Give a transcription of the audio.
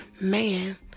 man